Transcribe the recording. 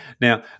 Now